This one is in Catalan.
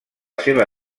seva